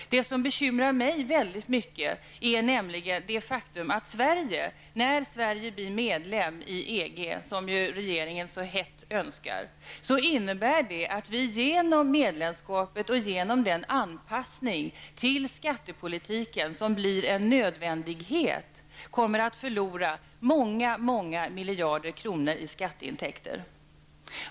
Något som bekymrar mig mycket är nämligen det faktum att när Sverige blir medlem i EG, som ju regeringen så hett önskar, innebär det att vi genom medlemskapet och genom den anpassning till skattepolitiken som blir en nödvändighet kommer att förlora många miljarder i skatteintänker.